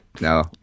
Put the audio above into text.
No